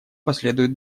последуют